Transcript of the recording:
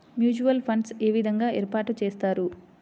Mutual funds ఏ విధంగా ఏర్పాటు చేస్తారు?